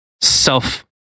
self